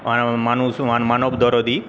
মানুষ মানবদরদী